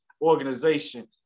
organization